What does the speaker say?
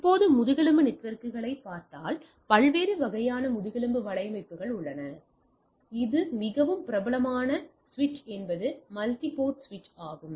இப்போது முதுகெலும்பு நெட்வொர்க்குகளைப் பார்த்தால் பல்வேறு வகையான முதுகெலும்பு வலையமைப்புகள் உள்ளன ஒரு மிகவும் பிரபலமான முதுகெலும்பு சுவிட்ச் என்பது மல்டிபோர்ட் சுவிட்ச் ஆகும்